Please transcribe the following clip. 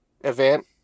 event